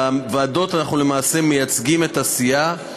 בוועדות אנחנו למעשה מייצגים את הסיעה,